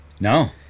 No